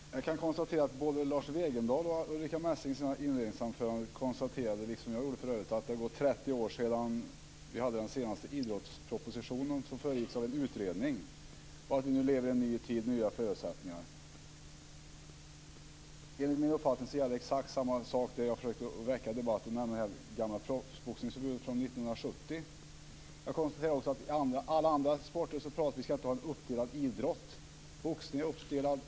Fru talman! Jag kan notera att det både i Lars Wegendals och i Ulrica Messings inledningsanföranden liksom i mitt anförande konstaterades att det var 30 år sedan som vi hade en idrottsproposition som föregåtts av en utredning. Vi nu lever nu i en ny tid med nya förutsättningar. Enligt min uppfattning är det exakt samma sak när det gäller proffsboxningsförbudet från 1970. Jag konstaterar också att det i alla andra sporter talas om att vi inte ska ha en uppdelad idrott. Boxningen är uppdelad.